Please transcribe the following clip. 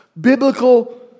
biblical